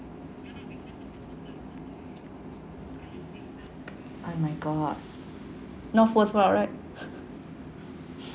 oh my god not worthwhile right